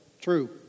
True